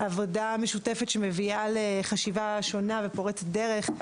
עבודה משותפת שמביאה לחשיבה שונה ופורצת דרך.